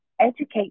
educate